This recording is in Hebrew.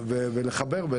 ולחבר.